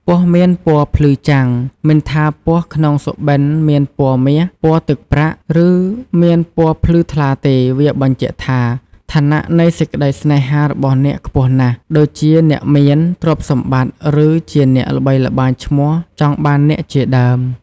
ពស់មានពណ៌ភ្លឺចាំង មិនថាពស់ក្នុងសុបិនមានពណ៌មាស ពណ៌ទឹកប្រាក់ ឬ មានពណ៌ភ្លឺថ្លាទេ វាបញ្ជាក់ថា ឋានៈនៃសេចក្តីសេ្នហារបស់អ្នកខ្ពស់ណាស់ ដូចជា អាចមាន ទ្រព្យសម្បត្តិ ឬ ជាអ្នកល្បីល្បាញឈ្មោះចង់បានអ្នកជាដើម។